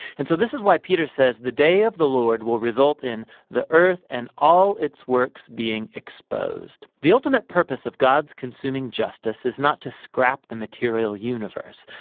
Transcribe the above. and so this is why peter says the day of the lord will result in the earth and all its works being exposed. the ultimate purpose of god's consuming justice is not to scrap the material universe.